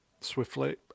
swiftly